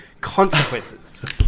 consequences